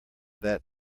that